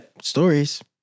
stories